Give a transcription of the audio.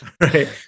Right